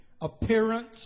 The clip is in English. appearance